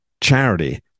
charity